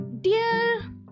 Dear